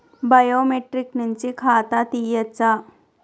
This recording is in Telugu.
బయోమెట్రిక్ నుంచి ఖాతా తీయచ్చా?